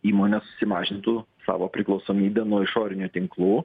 įmonės susimažintų savo priklausomybę nuo išorinių tinklų